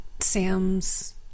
sam's